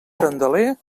candeler